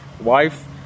wife